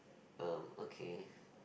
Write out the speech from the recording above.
um okay